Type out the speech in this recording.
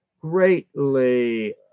greatly